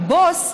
הבוס,